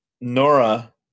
Nora